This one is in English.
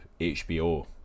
hbo